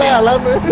a lover